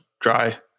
dry